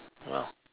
ya